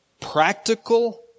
practical